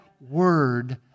word